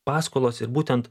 paskolas ir būtent